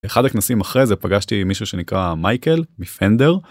אחד הכנסים אחרי זה פגשתי מישהו שנקרא מייקל מ fender.